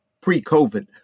pre-COVID